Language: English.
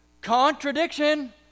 Contradiction